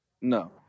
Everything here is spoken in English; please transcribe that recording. No